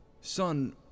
Son